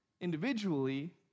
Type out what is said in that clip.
individually